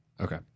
Okay